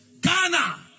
Ghana